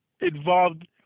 involved